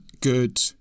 good